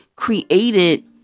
created